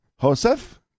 Joseph